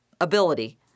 ability—